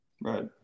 Right